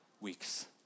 weeks